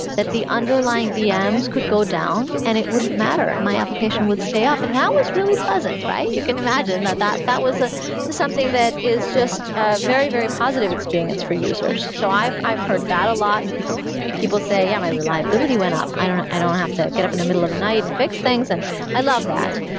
that the underlying vms could go down and it wouldn't matter. my application would stay up, and that was really pleasant, right? you can imagine that that that was ah something that is just a very, very positive experience for users. so i've i've heard that a lot and people people say, yeah, my reliability went up. i don't i don't have to get up in the middle of the night and fix things, and i love that.